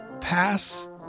pass